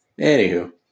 Anywho